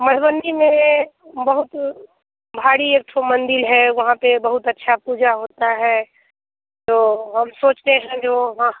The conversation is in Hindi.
मधुबनी में बहुत भाड़ी एक तो मंदिल है वहाँ पर बहुत अच्छी पूजा होती है तो हम सोंचते हैं जो वहाँ